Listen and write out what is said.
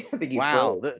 wow